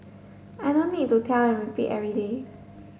I don't need to tell and repeat every day